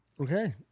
Okay